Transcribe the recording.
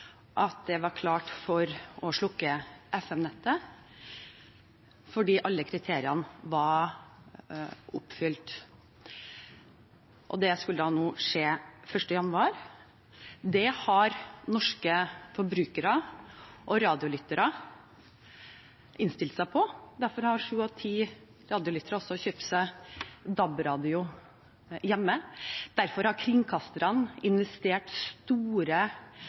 at det var klart for å slukke FM-nettet, fordi alle kriteriene var oppfylt. Det skulle skje 1. januar, og det har norske forbrukere og radiolyttere innstilt seg på. Derfor har sju av ti radiolyttere kjøpt seg DAB-radio hjemme, og derfor har kringkasterne investert store